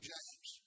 James